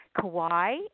Kauai